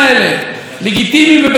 הפתרון זה לא להסיט אותי מהם,